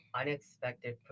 unexpected